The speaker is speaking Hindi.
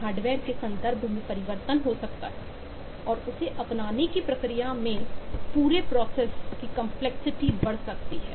हार्डवेयर के संदर्भ में परिवर्तन हो सकता है और उसे अपनाने की प्रक्रिया में पूरे प्रोसेस है